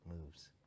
moves